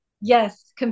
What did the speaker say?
Yes